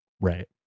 right